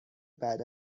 بعد